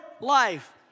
life